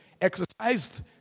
Exercised